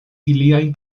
ilian